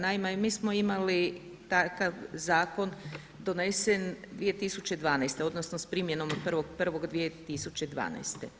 Naime, mi smo imali takav zakon donesen 2012. odnosno s primjenom od 1.1.2012.